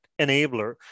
enabler